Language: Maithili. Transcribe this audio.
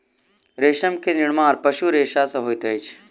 रेशम के निर्माण पशु रेशा सॅ होइत अछि